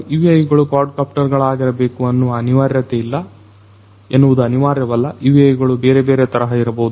UAVಗಳು quadcopter ಗಳಾಗಿರಬೇಕು ಎನ್ನುವುದು ಅನಿವಾರ್ಯವಲ್ಲ UAV ಗಳು ಬೇರೆ ಬೇರೆ ತರಹ ಇರಬಹುದು